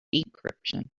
decryption